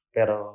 Pero